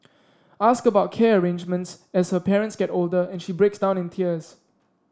ask about care arrangements as her parents get older and she breaks down in tears